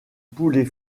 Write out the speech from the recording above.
poulet